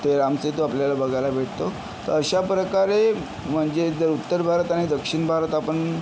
ते रामसेतू आपल्याला बघायला भेटतो तर अशा प्रकारे म्हणजे जर उत्तर भारत आणि दक्षिण भारत आपण